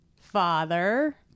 father